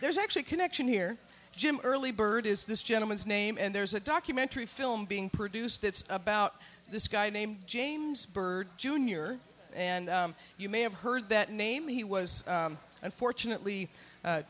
there's actually a connection here jim early bird is this gentleman's name and there's a documentary film being produced it's about this guy named james byrd jr and you may have heard that name he was unfortunately